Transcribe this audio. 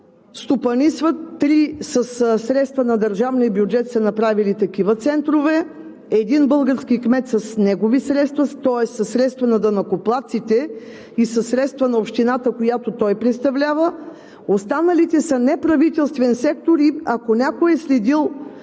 кметове, които със средства на държавния бюджет са направили такива центрове. Един български кмет с негови средства, тоест със средства на данъкоплатците и със средства на общината, която той представлява, а останалите са от неправителствен сектор. И ако някой е следил